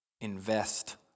Invest